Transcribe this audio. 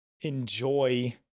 enjoy